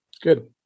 good